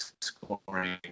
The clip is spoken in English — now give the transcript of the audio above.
scoring